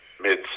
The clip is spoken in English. mid